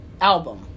album